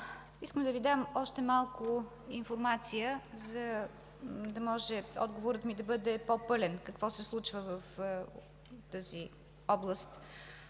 искам да Ви дам още малко информация, за да може отговорът ми да бъде по-пълен – какво се случва в тази област,